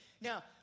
Now